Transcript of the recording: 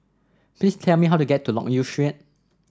please tell me how to get to Loke Yew Street